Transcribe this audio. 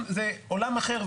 זה עולם אחר,